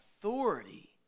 authority